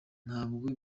ntabwo